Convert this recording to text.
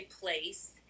place